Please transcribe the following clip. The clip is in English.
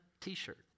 t-shirt